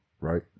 right